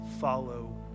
follow